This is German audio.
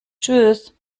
tschüss